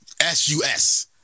s-u-s